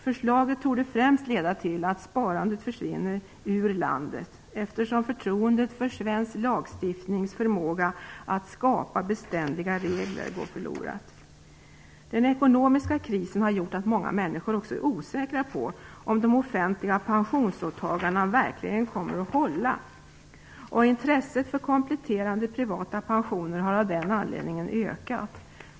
Förslaget torde främst leda till att sparandet försvinner ur landet, eftersom förtroendet för svensk lagstiftnings förmåga att skapa beständiga regler går förlorat. Den ekonomiska krisen har gjort att många människor också är osäkra på om de offentliga pensionsåtagandena verkligen kommer att hållas, och intresset för kompletterande privata pensioner har av den anledningen ökat.